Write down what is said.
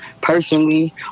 personally